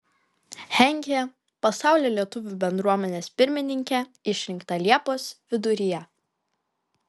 henkė pasaulio lietuvių bendruomenės pirmininke išrinkta liepos viduryje